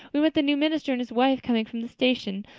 we met the new minister and his wife coming from the station.